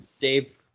Dave